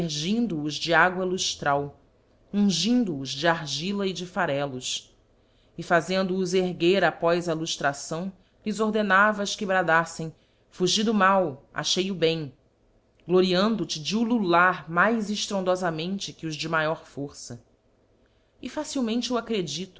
afpergindo os de agua luftral ungindo os de argilla e de farellos e fazendo os erguer após a luftração lhes ordenavas que bradaítem fugi do mal achei o bem oriando te de ulular mais eftrondofamenie que os de maior força e facilmente o acredito